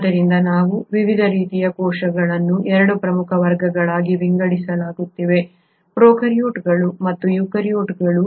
ಆದ್ದರಿಂದ ನಾವು ವಿವಿಧ ರೀತಿಯ ಕೋಶಗಳನ್ನು 2 ಪ್ರಮುಖ ವರ್ಗಗಳಾಗಿ ವಿಂಗಡಿಸುತ್ತೇವೆ ಪ್ರೊಕಾರ್ಯೋಟ್ಗಳು ಮತ್ತು ಯೂಕ್ಯಾರಿಯೋಟ್ಗಳು